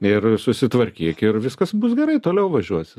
ir susitvarkyk ir viskas bus gerai toliau važiuosi